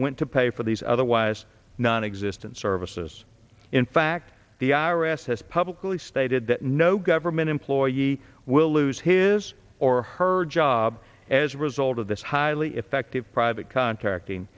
went to pay for these otherwise nonexistent services in fact the i r s has publicly stated that no government employee will lose his or her job as a result of this highly effective private contracting